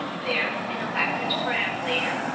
there, in a lacquered perambulator,